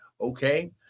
Okay